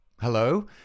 Hello